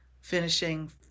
finishing